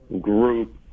group